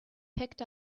picked